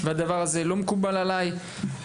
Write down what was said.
והדבר הזה לא מקובל עליי.